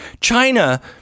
China